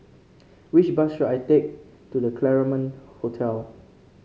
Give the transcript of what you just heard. which bus should I take to The Claremont Hotel